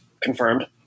confirmed